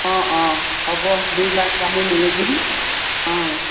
অঁ অঁ হ'ব দুয়োগৰাকী আমি মিলিজুলি অঁ